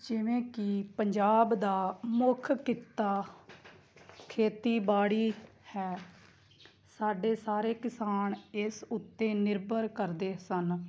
ਜਿਵੇਂ ਕਿ ਪੰਜਾਬ ਦਾ ਮੁੱਖ ਕਿੱਤਾ ਖੇਤੀਬਾੜੀ ਹੈ ਸਾਡੇ ਸਾਰੇ ਕਿਸਾਨ ਇਸ ਉੱਤੇ ਨਿਰਭਰ ਕਰਦੇ ਸਨ